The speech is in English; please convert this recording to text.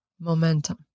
momentum